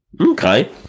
Okay